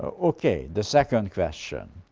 okay, the second question.